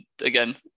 again